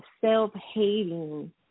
self-hating